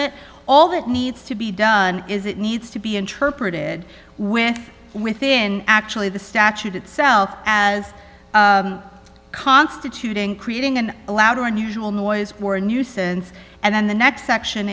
it all that needs to be done is it needs to be interpreted when within actually the statute itself as constituting creating an allowed or unusual noise or a nuisance and then the next action